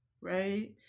right